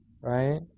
right